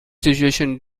situation